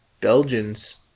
Belgians